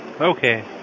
Okay